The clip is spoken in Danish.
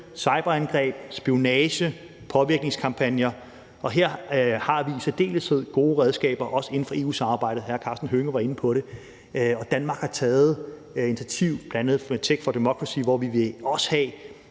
cyberangreb, spionage og påvirkningskampagner. Her har vi i særdeleshed gode redskaber, også inden for EU-samarbejdet. Hr. Karsten Hønge var inde på det. Danmark har taget initiativer, bl.a. med Tech for Democracy, hvor vi også vil